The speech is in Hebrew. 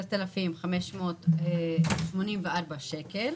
כ-10,584 שקל,